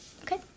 Okay